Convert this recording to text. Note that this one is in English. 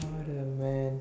what a man